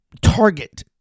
Target